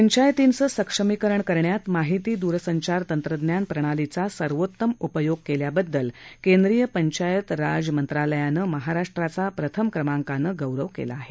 पंचायतींचं सक्षमीकरण करण्यात माहिती दूरसंचार तंत्रज्ञान प्रणालीचा सर्वोत्तम उपयोग केल्याबददल केंद्रीय पंचायती राज मंत्रालयानं महाराष्ट्राचा प्रथम क्रमांकानं गौरव केला आहे